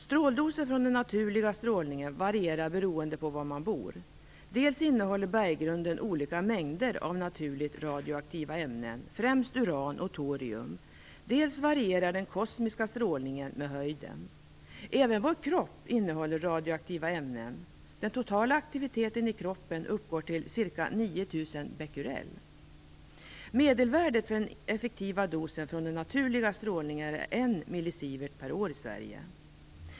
Stråldosen från den naturliga strålningen varierar beroende på var man bor. Dels innehåller berggrunden olika mängder av naturligt radioaktiva ämnen, främst uran och torium, dels varierar den kosmiska strålningen med höjden. Även vår kropp innehåller radioaktiva ämnen. Den totala aktiviteten i kroppen uppgår till ca 9 000 Bq. Medelvärdet för den effektiva dosen från den naturliga strålningen är 1 mSv per år i Sverige.